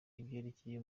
ibyerekeye